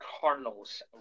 Cardinals